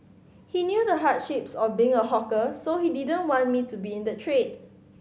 he knew the hardships of being a hawker so he didn't want me to be in the trade